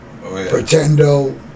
Pretendo